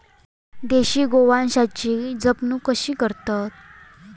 देशी गोवंशाची जपणूक कशी करतत?